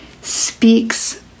speaks